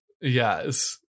Yes